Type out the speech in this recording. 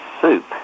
soup